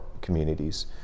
communities